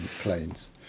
planes